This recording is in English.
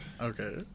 okay